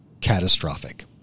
catastrophic